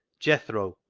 jethro,